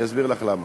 אני אסביר לך למה.